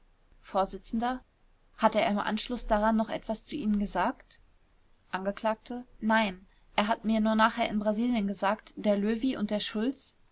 vors hat er im anschluß daran noch etwas zu ihnen gesagt angeklagte nein er hat mir nur nachher in brasilien gesagt der löwy und der schulz